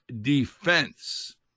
defense